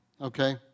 okay